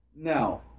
Now